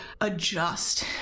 adjust